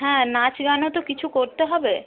হ্যাঁ নাচ গানও তো কিছু করতে হবে